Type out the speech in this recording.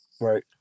Right